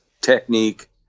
technique